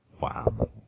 Wow